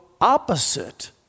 opposite